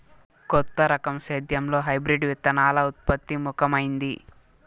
కొత్త రకం సేద్యంలో హైబ్రిడ్ విత్తనాల ఉత్పత్తి ముఖమైంది